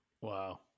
Wow